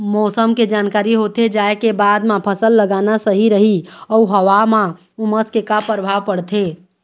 मौसम के जानकारी होथे जाए के बाद मा फसल लगाना सही रही अऊ हवा मा उमस के का परभाव पड़थे?